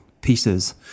pieces